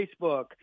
Facebook